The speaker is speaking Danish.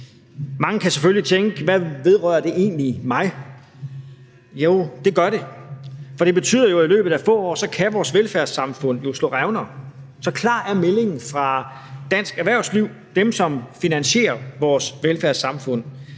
Mange kan selvfølgelig tænke: Hvad vedrører det egentlig mig? Jo, det gør det, for det betyder jo, at i løbet af få år kan vores velfærdssamfund slå revner. Så klar er meldingen fra dansk erhvervsliv, dem, som finansierer vores velfærdssamfund.